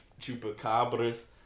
chupacabras